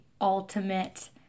ultimate